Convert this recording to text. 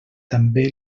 també